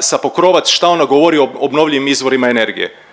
sa Pokrovac šta ona govori i obnovljivim izvorima energije.